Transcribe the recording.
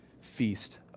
feast